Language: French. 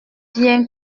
bien